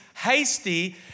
Hasty